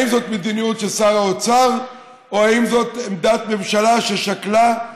האם זאת מדיניות של שר האוצר או האם זאת עמדת ממשלה ששקלה?